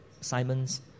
Simon's